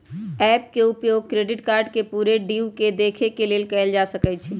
app के उपयोग credit card के पूरे ड्यू के देखे के लेल कएल जा सकइ छै